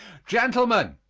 gentlemen,